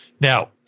Now